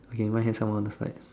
okay might have someone on the slides